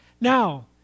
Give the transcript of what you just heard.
Now